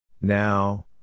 Now